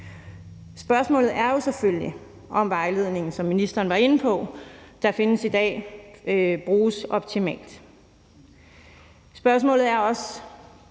Spørgsmålet er jo selvfølgelig, om vejledningen, som ministeren var inde på, der findes i dag, bruges optimalt. Spørgsmålet er også,